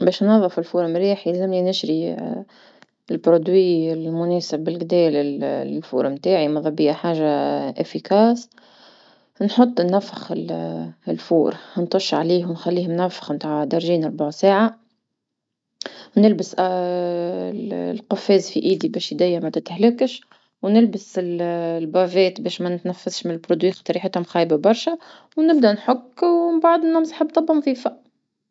باش نظف الفرن مليح يلزمني نشري مواد المناسب بلقدا للفرن متاعي، مذا بيا حاجة فعالة، نحط نفخ الفرن نتش عليه ونخليه منفخ متع درجين ربع ساعة، نلبس القفاز في أيدي با اديا ما تتهلكش ونلبس الكمامة باش ما نتنفسش من المادة خطر ريحتهم خايبة برشا، ونبدا نحك ومنبعد نمسح تبقى نظيفة.